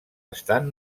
estan